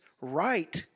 right